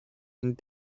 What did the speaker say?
and